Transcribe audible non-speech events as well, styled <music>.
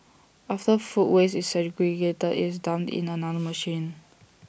after food waste is segregated IT is dumped in another <noise> machine